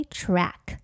track